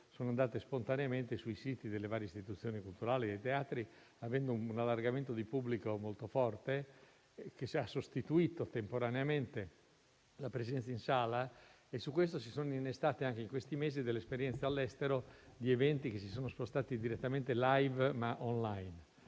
sono andate spontaneamente sui siti delle varie istituzioni culturali e dei teatri, avendo un allargamento di pubblico molto forte che ha sostituito temporaneamente la presenza in sala. Su questo si sono innestate anche negli ultimi mesi delle esperienze all'estero di eventi che si sono spostati direttamente *live*, ma *online*.